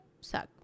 suck